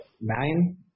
Nine